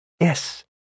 Yes